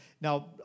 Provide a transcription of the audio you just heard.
Now